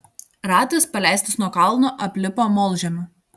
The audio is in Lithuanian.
ratas paleistas nuo kalno aplipo molžemiu